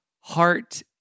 heart